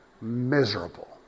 Miserable